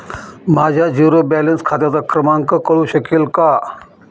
माझ्या zero balance खात्याचा क्रमांक कळू शकेल का?